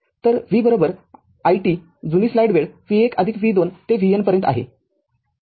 तर v it जुनी slide वेळ v १ v २ ते vn पर्यंत आहे